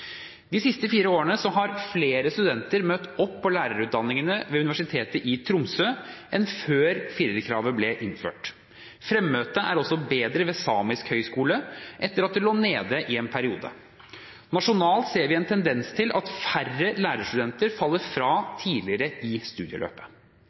De siste fire årene har flere studenter møtt opp på lærerutdanningene ved Universitetet i Tromsø enn før firerkravet ble innført. Fremmøtet er også bedre ved Samisk høgskole etter at det lå nede i en periode. Nasjonalt ser vi en tendens til at færre lærerstudenter faller fra